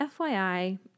FYI